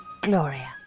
Gloria